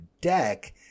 deck